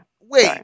Wait